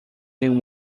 than